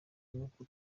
nk’uku